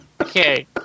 Okay